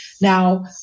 Now